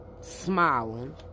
smiling